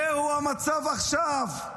זהו המצב עכשיו.